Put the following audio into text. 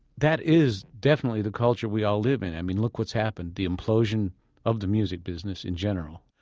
that is definitely the culture we all live in. i mean, look what's happened the implosion of the music business in general,